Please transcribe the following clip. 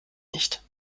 nicht